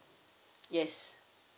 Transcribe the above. yes